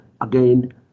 again